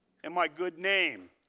and my good name.